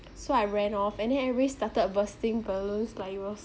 so I ran off and then everybody started bursting balloons like it was